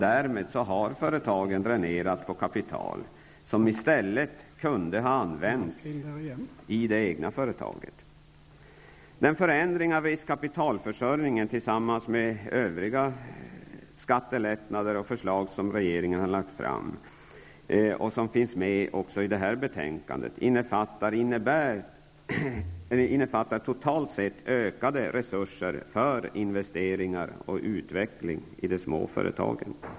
Därmed har företagen dränerats på kapital, som i stället kunde ha använts i det egna företaget. Förslaget om förändring av riskkapitalförsörjningen tillsammans med övriga skattelättnader och förslag som regeringen har lagt fram innebär totalt sett ökade resurser för investeringar i och utveckling av de små företagen.